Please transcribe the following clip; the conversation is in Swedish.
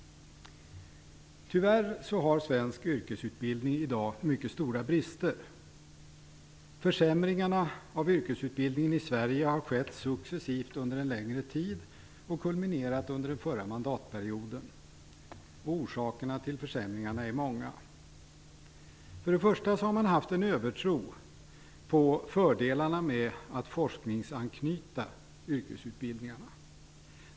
Tyvärr har svensk yrkesutbildning i dag mycket stora brister. Försämringarna av yrkesutbildningen i Sverige har skett successivt under en längre tid och kulminerat under den förra mandatperioden. Orsakerna till försämringarna är många. Till att börja med har man haft en övertro på fördelarna med forskningsanknytning av yrkesutbildningar.